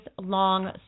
long